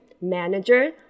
manager